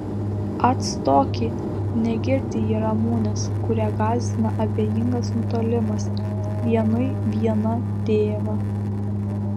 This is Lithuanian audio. atstoki negirdi ji ramunės kurią gąsdina abejingas nutolimas vienui vieną tėvą